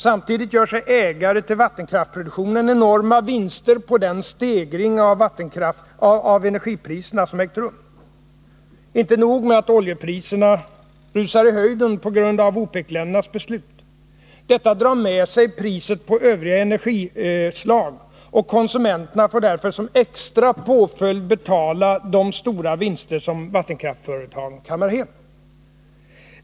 Samtidigt gör sig ägare till vattenkraftsproduktionen enorma vinster på den stegring av energipriserna som ägt rum. Inte nog med att oljepriserna rusar i höjden på grund av OPEC-ländernas beslut. Detta drar med sig priset på övriga energislag, och konsumenterna får därför som extra påföljd betala de stora vinster som vattenkraftsföretagen kammar hem.